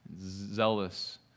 zealous